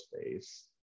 space